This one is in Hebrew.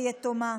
כיתומה.